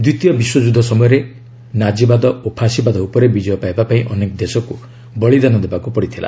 ଦ୍ୱିତୀୟ ବିଶ୍ୱଯୁଦ୍ଧ ସମୟରେ ନାଜିବାଦ ଓ ଫାଶିବାଦ ଉପରେ ବିଜୟ ପାଇବା ପାଇଁ ଅନେକ ଦେଶକୁ ବଳୀଦାନ ଦେବାକୁ ପଡ଼ିଥିଲା